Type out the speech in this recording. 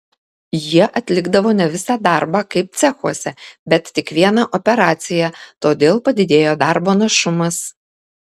jie atlikdavo ne visą darbą kaip cechuose bet tik vieną operaciją todėl padidėjo darbo našumas